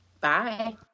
Bye